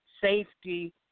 safety